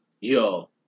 yo